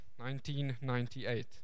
1998